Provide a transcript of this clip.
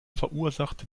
verursacht